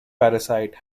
parasite